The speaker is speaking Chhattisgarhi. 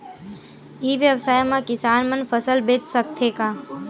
ई व्यवसाय म किसान मन फसल बेच सकथे का?